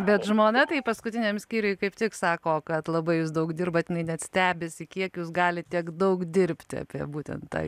bet žmona tai paskutiniam skyriuj kaip tik sako kad labai jūs daug dirbat jinai net stebisi kiek jūs galit tiek daug dirbti apie būtent tą